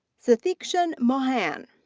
sutheekshan mohan.